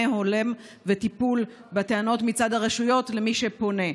הולם וטיפול בטענות מצד הרשויות למי שפונה.